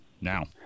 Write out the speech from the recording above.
now